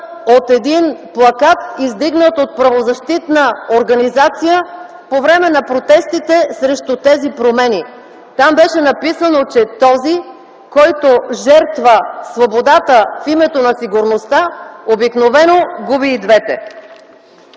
от един плакат, издигнат от правозащитна организация по време на протестите срещу тези промени. Там беше написано, че този, който жертва свободата в името на сигурността, обикновено губи и двете.